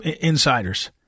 insiders